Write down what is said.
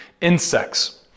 insects